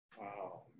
Wow